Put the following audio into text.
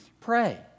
pray